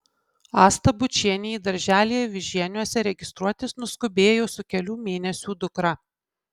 asta bučienė į darželį avižieniuose registruotis nuskubėjo su kelių mėnesių dukra